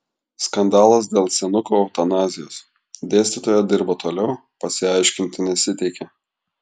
skandalas dėl senukų eutanazijos dėstytoja dirba toliau pasiaiškinti nesiteikia